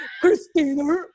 christina